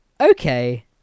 okay